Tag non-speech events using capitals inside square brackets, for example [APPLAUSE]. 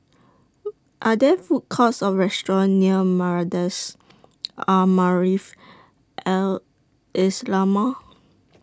[NOISE] Are There Food Courts Or restaurants near Madrasah [NOISE] Al Maarif Al Islamiah